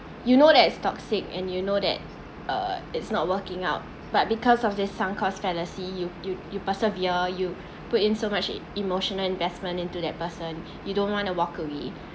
you know that it's toxic and you know that uh it's not working out but because of this sum cause fallacy you you you persevere you put in so much e~ emotional investment into that person you don't want a mockery